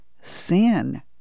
sin